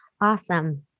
awesome